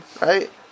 Right